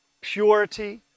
purity